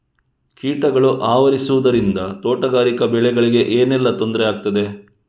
ಕೀಟಗಳು ಆವರಿಸುದರಿಂದ ತೋಟಗಾರಿಕಾ ಬೆಳೆಗಳಿಗೆ ಏನೆಲ್ಲಾ ತೊಂದರೆ ಆಗ್ತದೆ?